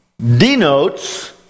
denotes